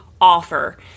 offer